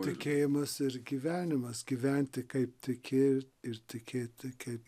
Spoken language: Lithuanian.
tikėjimas ir gyvenimas gyventi kaip tiki ir tikėti kaip